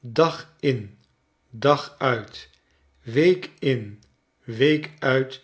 dag in dag uit week in week uit